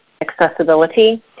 accessibility